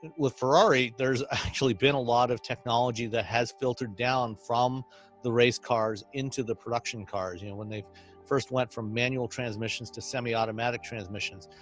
with ferrari, there's actually been a lot of technology that has filtered down from the race cars into the production cars, you know, when they first went from manual transmissions to semi automatic transmissions.